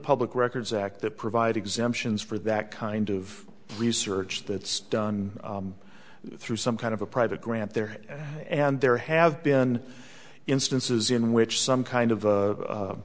public records act that provide exemptions for that kind of research that's done through some kind of a private grant there and there have been instances in which some kind of